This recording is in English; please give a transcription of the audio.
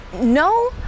no